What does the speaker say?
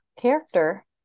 character